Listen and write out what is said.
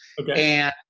Okay